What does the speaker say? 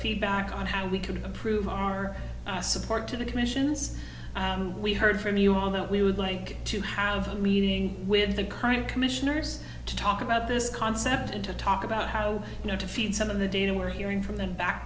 feedback on how we could improve our support to the commissions we heard from you although we would like to have a meeting with the current commissioners to talk about this concept and to talk about how you know to feed some of the data we're hearing from them back